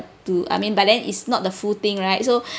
to I mean but then it's not the full thing right so